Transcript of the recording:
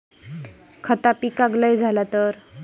खता पिकाक लय झाला तर?